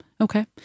Okay